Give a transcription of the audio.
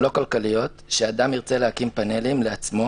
לא כלכליות שאדם ירצה להקים פאנלים לעצמו,